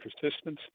persistence